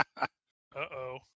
Uh-oh